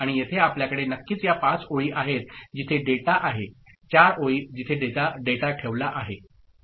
आणि येथे आपल्याकडे नक्कीच या पाच ओळी आहेत जिथे डेटा आहे चार ओळी जिथे डेटा ठेवला आहे ओके